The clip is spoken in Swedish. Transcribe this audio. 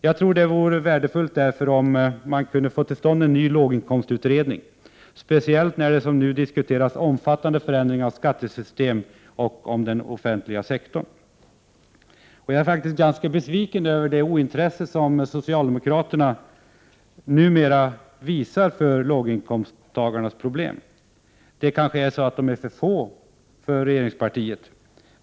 Jag tror att det därför vore värdefullt om man kunde få till stånd en ny låginkomstutredning, speciellt när det som nu diskuteras omfattande förändringar av skattesystemet och av den offentliga sektorn. Jag är faktiskt ganska besviken över det ointresse som socialdemokraterna numera visar för låginkomsttagarnas problem. De kanske är för få för regeringspartiet.